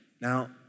Now